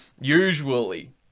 Usually